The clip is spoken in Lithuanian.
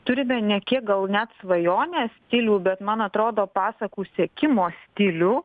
turime nė kiek gal net svajonės stilių bet man atrodo pasakų sekimo stilių